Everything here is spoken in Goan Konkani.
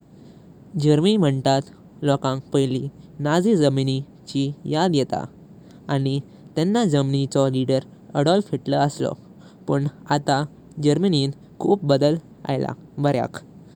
जर्मनी म्हणतात लोकांक पयली नाझी जर्मनी ची याद येता। आणि तेंव्हा जर्मनी चो लीडर अडोल्फ हिटलर असलो। पण आता जर्मनीं खूप बदल आयला बर्याक।